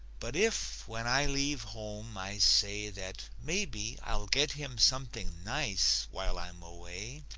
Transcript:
but if, when i leave home, i say that maybe i'll get him something nice while i'm away,